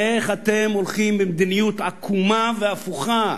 איך אתם הולכים למדיניות עקומה והפוכה?